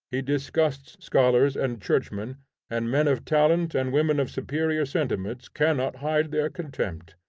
he disgusts scholars and churchmen and men of talent and women of superior sentiments cannot hide their contempt.